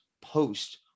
post